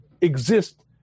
exist